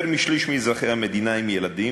יותר משליש מאזרחי המדינה הם ילדים,